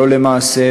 לא למעשה,